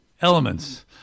elements